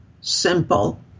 simple